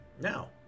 Now